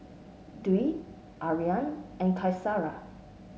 Dwi Aryan and Qaisara